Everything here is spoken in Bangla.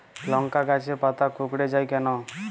লংকা গাছের পাতা কুকড়ে যায় কেনো?